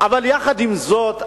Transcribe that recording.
עם זאת,